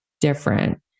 different